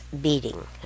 beating